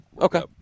Okay